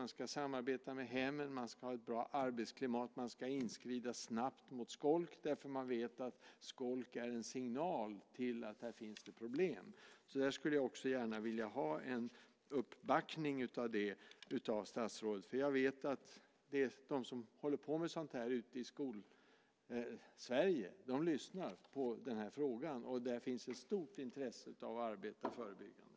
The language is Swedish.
Man ska samarbeta med hemmen, man ska ha ett bra arbetsklimat och man ska inskrida snabbt mot skolk. Man vet att skolk är en signal på problem. Jag skulle gärna vilja ha en uppbackning av statsrådet. Jag vet att de som håller på med sådant i Skol-Sverige lyssnar, och där finns ett stort intresse av att arbeta förebyggande.